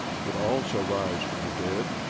that all shall rise from the dead,